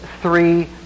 three